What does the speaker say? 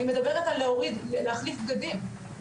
אני מדברת על להחליף בגדים,